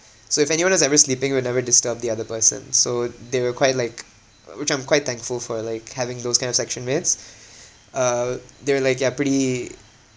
so if anyone is ever sleeping we'll never disturb the other person so they were quite like uh which I'm quite thankful for like having those kind of section mates uh they're like they're pretty